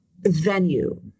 venue